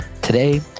Today